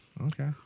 Okay